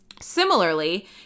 Similarly